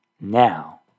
now